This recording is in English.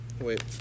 wait